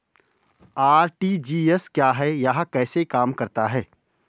RTGS क्या है यह कैसे काम करता है?